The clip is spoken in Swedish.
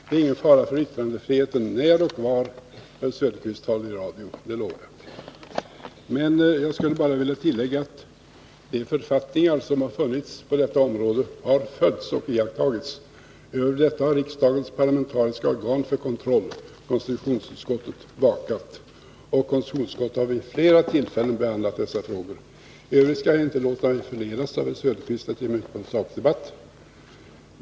Fru talman! Nej, på den punkten är det en glädje att instämma med herr Söderqvist. Det är ingen fara för yttrandefriheten när och var än herr Söderqvist talar i radio, det lovar jag. Jag skulle vilja tillägga att de författningar som har funnits på detta område har följts och iakttagits. Över detta har riksdagens parlamentariska organ för kontroll, konstitutionsutskottet, vakat, och konstitutionsutskottet har vid flera tillfällen behandlat dessa frågor. I övrigt skall jag inte låta mig förledas av herr Söderqvist att ge mig in på en sakdebatt.